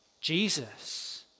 Jesus